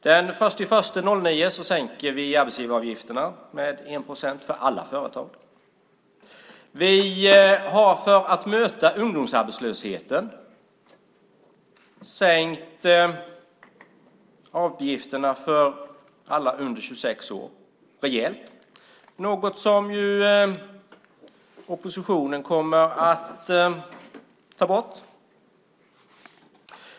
Den 1 januari 2009 sänker vi arbetsgivaravgifterna med 1 procent för alla företag. För att möta ungdomsarbetslösheten har vi sänkt avgifterna för alla under 26 år rejält. Det är något som oppositionen kommer att ta bort.